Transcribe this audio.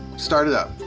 start it up.